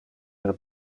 her